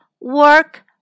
work